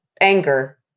anger